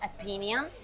opinion